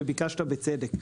וביקשת בצדק.